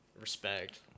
Respect